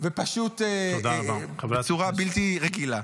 ובצורה פשוט בלתי רגילה.